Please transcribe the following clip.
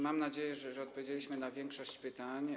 Mam nadzieję, że odpowiedzieliśmy na większość pytań.